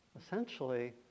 Essentially